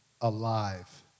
alive